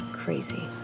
crazy